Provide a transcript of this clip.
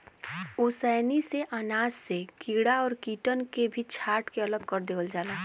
ओसैनी से अनाज से कीड़ा और कीटन के भी छांट के अलग कर देवल जाला